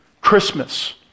Christmas